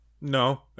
No